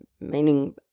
meaning